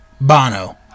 Bono